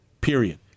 period